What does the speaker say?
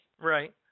Right